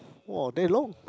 !wah! that long